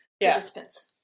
participants